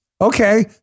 Okay